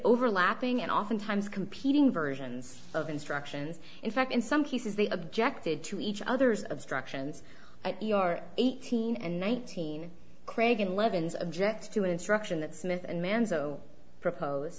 overlapping and oftentimes competing versions of instructions in fact in some cases they objected to each other's obstructions you are eighteen and nineteen craigan levin's objected to an instruction that smith and manzo propose